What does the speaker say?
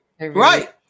Right